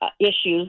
issues